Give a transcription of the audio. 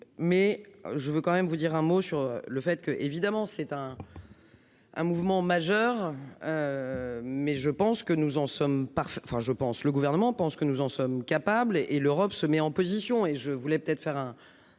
mais je veux quand même vous dire un mot sur le fait que évidemment c'est un. Un mouvement majeur. Mais je pense que nous en sommes parfaits, enfin je pense. Le gouvernement pense que nous en sommes capables et et l'Europe se met en position, et je voulais peut-être faire un,